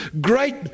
great